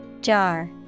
Jar